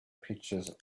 pictures